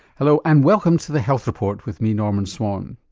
hello and welcome to the health report with me norman swan.